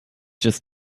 just